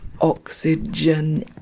Oxygen